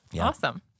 Awesome